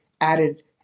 added